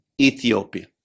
Ethiopia